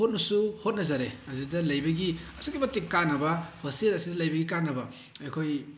ꯍꯣꯠꯅꯁꯨ ꯍꯣꯠꯅꯖꯔꯦ ꯑꯗꯨꯗ ꯂꯩꯕꯒꯤ ꯑꯁꯨꯛꯀꯤ ꯃꯇꯤꯛ ꯀꯥꯟꯅꯕ ꯍꯣꯁꯇꯦꯜ ꯑꯁꯤꯗ ꯂꯩꯕꯒꯤ ꯀꯥꯟꯅꯕ ꯑꯩꯈꯣꯏ